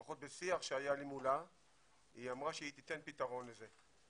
לפחות בשיח שהיה לי מולה היא אמרה שהיא תיתן פתרון לזה.